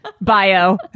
bio